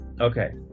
Okay